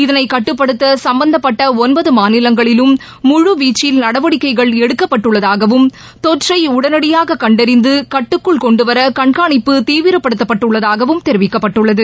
இதனை கட்டுப்படுத்த சம்பந்தப்பட்ட ஒன்பது மாநிலங்களிலும் முழுவீச்சில் நடவடிக்கைகள் எடுக்கப்பட்டுள்ளதாகவும் தொற்றை உடனடியாக கண்டறிந்து கட்டுக்குள் கொண்டுவர கண்கானிப்பு தீவிரப்படுத்தப்பட்டு உள்ளதாகவும் தெரிவிக்கப்பட்டுள்ளது